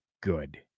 good